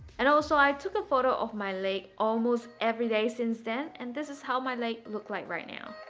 and also i took a photo of my leg almost every day since then and this is how my leg looks like right now